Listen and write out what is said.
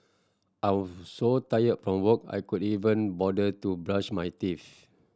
I was so tired from work I could even bother to brush my teeth